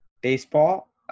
Baseball